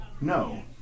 No